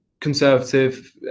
conservative